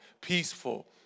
peaceful